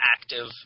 active